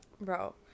bro